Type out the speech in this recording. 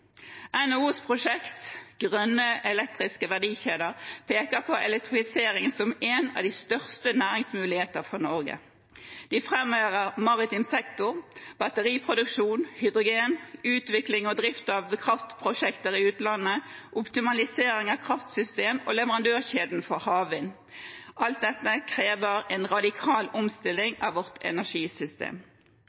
NHOs prosjekt «Grønne elektriske verdikjeder» peker på elektrifisering som en av de største næringsmuligheter for Norge. De framhever maritim sektor, batteriproduksjon, hydrogen, utvikling og drift av kraftprosjekter i utlandet, optimalisering av kraftsystem og leverandørkjeden for havvind. Alt dette krever en radikal omstilling av vårt energisystem.